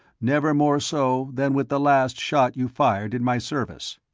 never more so than with the last shot you fired in my service.